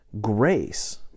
Grace